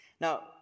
Now